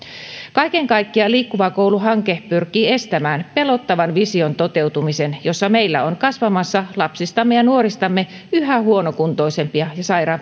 kaiken kaikkiaan liikkuva koulu hanke pyrkii estämään pelottavan vision toteutumisen jossa meillä on kasvamassa lapsistamme ja nuoristamme yhä huonokuntoisempia